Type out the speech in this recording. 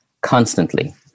constantly